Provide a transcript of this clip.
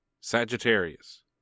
Sagittarius